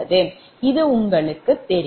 இது உங்களுக்குத் தெரியும்